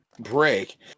break